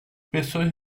pessoas